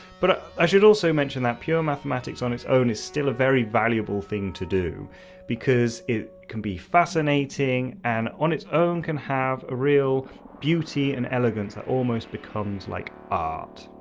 but i should also mention, pure mathematics on its own is still a very valuable thing to do because it can be fascinating and on its own can have a real beauty and elegance that almost becomes like art.